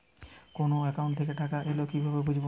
কোন একাউন্ট থেকে টাকা এল কিভাবে বুঝব?